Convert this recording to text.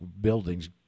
buildings